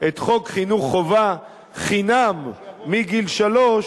את חוק חינוך חובה חינם מגיל שלוש,